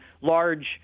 large